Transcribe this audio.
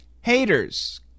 Haters